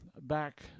back